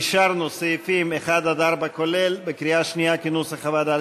אישרנו סעיפים 1 4 כולל בקריאה שנייה כנוסח הוועדה.